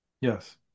yes